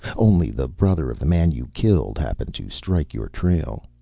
only the brother of the man you killed happened to strike your trail.